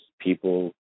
people